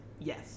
Yes